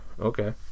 Okay